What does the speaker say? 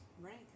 right